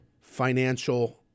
financial